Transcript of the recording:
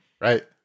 Right